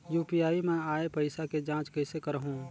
UPI मा आय पइसा के जांच कइसे करहूं?